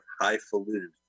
highfalutin